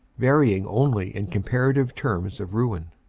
varying only in comparative terms of ruin.